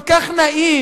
כל כך נעים,